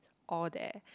all there